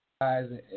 guys